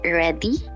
ready